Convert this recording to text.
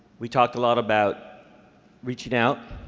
we talked a lot about reaching out,